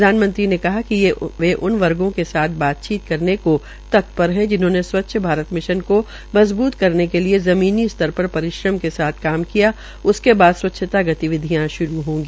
प्रधानमंत्री ने कहा कि वे उन वर्गो के साथ बातचीत करने को तत्पर है जिन्होंने स्व्च्छ भारत मिशन को मजबूत करने के लिये ज़मीनी स्तर पर परिभ्रम के साथ काम किया उसके बाद स्वच्छता गतिविधियां शुरू होगी